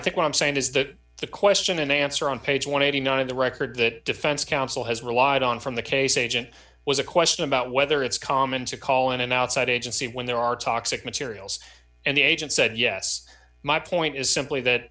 i think what i'm saying is that the question and answer on page one hundred and eighty nine of the record that defense counsel has relied on from the case agent was a question about whether it's common to call in an outside agency when there are toxic materials and the agent said yes my point is simply that